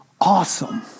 awesome